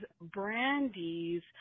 Brandy's